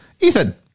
Ethan